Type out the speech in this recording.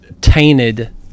tainted